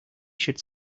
should